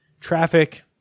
traffic